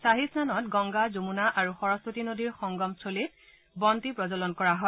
ছাহি স্নানত গংগা যমূনা আৰু সৰস্বতী নদীৰ সংগম স্থলীত বন্তি প্ৰজ্বলন কৰা হয়